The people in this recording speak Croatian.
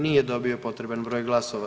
Nije dobio potreban broj glasova.